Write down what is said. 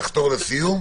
תחתור לסיום.